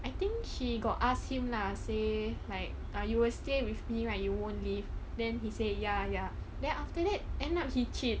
I think she got ask him lah say like ah you will stay with me right you won't leave then he say ya ya then after that end up he cheat